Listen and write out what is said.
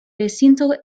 recinto